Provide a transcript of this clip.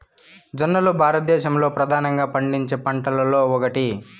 జొన్నలు భారతదేశంలో ప్రధానంగా పండించే పంటలలో ఒకటి